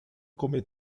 come